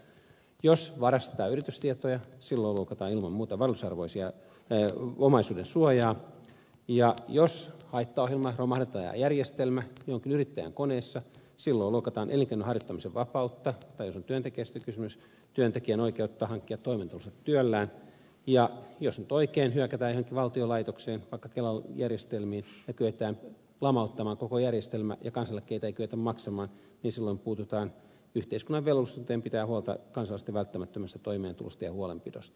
jos varastetaan yritystietoja silloin loukataan ilman muuta kallisarvoista omaisuudensuojaa ja jos haittaohjelma ja järjestelmä romahtaa jonkun yrittäjän koneessa silloin loukataan elinkeinonharjoittamisen vapautta tai jos on työntekijästä kysymys työntekijän oikeutta hankkia toimeentulonsa työllään ja jos nyt oikein hyökätään johonkin valtion laitokseen vaikka kelan järjestelmiin ja kyetään lamauttamaan koko järjestelmä ja kansaneläkkeitä ei kyetä maksamaan niin silloin puututaan yhteiskunnan velvollisuuteen pitää huolta kansalaisten välttämättömästä toimeentulosta ja huolenpidosta